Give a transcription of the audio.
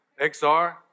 XR